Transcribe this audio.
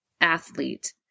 athlete